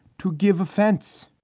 to give offense.